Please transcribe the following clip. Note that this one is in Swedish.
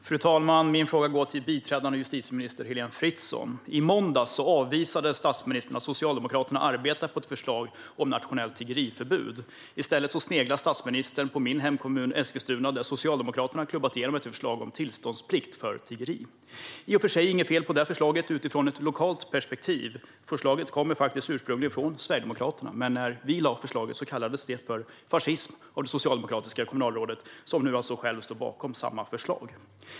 Fru talman! Min fråga går till biträdande justitieminister Heléne Fritzon. I måndags avvisade statsministern att Socialdemokraterna arbetar på ett förslag om ett nationellt tiggeriförbud. I stället sneglar statsministern på min hemkommun Eskilstuna där Socialdemokraterna har klubbat igenom ett förslag om tillståndsplikt för tiggeri. Det är i och för sig inget fel på det förslaget utifrån ett lokalt perspektiv. Förslaget kommer faktiskt ursprungligen från Sverigedemokraterna, men när vi lade fram förslaget kallades det för fascism av det socialdemokratiska kommunalråd som nu alltså själv står bakom samma förslag.